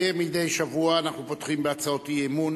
כמדי שבוע אנחנו פותחים בהצעות אי-אמון